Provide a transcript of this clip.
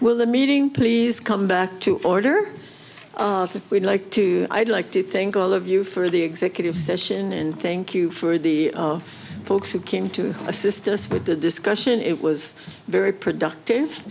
will the meeting please come back to order that we'd like to i'd like to think all of you for the executive session and thank you for the folks who came to assist us with the discussion it was very productive